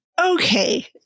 Okay